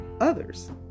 others